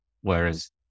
Whereas